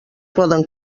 poden